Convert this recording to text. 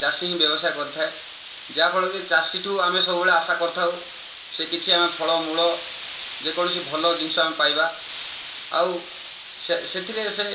ଚାଷୀ ହିଁ ବ୍ୟବସାୟ କରିଥାଏ ଯାହାଫଳରେ ଚାଷୀ ଠାରୁ ଆମେ ସବୁବେଳେ ଆଶା କରିଥାଉ ସେ କିଛି ଆମେ ଫଳମୂଳ ଯେକୌଣସି ଭଲ ଜିନିଷ ଆମେ ପାଇବା ଆଉ ସେଥିରେ ସେ